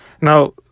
Now